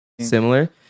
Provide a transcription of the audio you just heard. similar